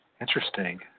Interesting